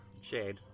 Shade